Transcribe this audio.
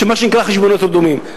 מה שנקרא חשבונות רדומים.